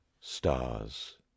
stars